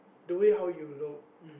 the way how you look